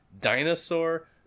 dinosaur